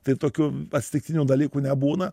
tai tokių atsitiktinių dalykų nebūna